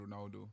Ronaldo